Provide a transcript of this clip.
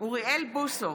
אוריאל בוסו,